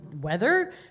weather